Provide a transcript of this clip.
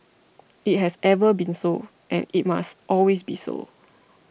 it has ever been so and it must always be so